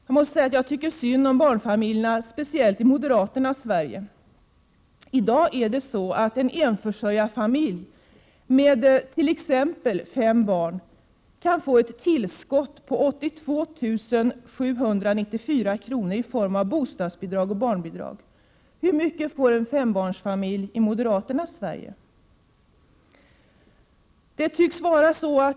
Jag måste säga att jag tycker synd om barnfamiljerna, speciellt i moderaternas Sverige. I dag är det så, att en enförsörjarfamilj med t.ex. fem barn kan få ett tillskott på 82 794 kr. per år i form av bostadsbidrag och barnbidrag. Men hur mycket får en fembarnsfamilj i moderaternas Sverige?